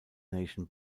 nation